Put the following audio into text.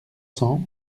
cents